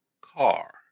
car